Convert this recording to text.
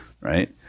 right